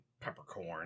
peppercorn